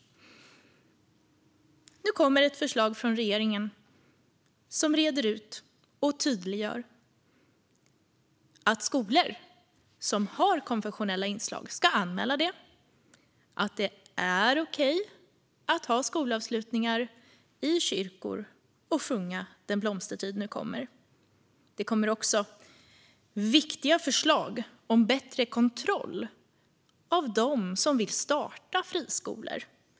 Nu kommer ett förslag från regeringen som reder ut och tydliggör att skolor som har konfessionella inslag ska anmäla det samt att det är okej att ha skolavslutningar i kyrkor och sjunga Den blomstertid nu kommer . Det kommer också viktiga förslag om bättre kontroll av dem som vill starta friskolor.